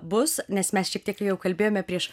bus nes mes šiek tiek jau kalbėjome prieš